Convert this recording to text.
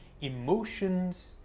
emotions